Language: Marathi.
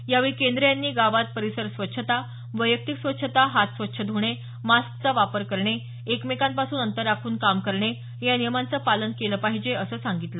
यावेळी केंद्रे यांनी गावात परीसर स्वच्छता वैयक्तिक स्वच्छता हात स्वच्छ धुणे मास्कचा वापर करणे एकमेकांपासून अंतर राखून काम करणे या नियमांचे पालन केले पाहिजे असं सांगितलं